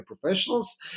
professionals